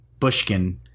Bushkin